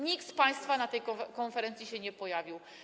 Nikt z państwa na tej konferencji się nie pojawił.